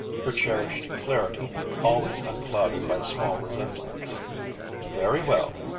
her cherished clarity always unclouded by small resentments very well,